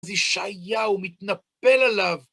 אז ישעיהו מתנפל עליו.